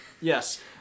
yes